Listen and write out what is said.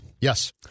Yes